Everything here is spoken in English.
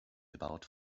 about